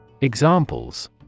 Examples